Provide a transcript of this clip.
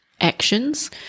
Actions